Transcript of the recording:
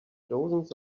dozens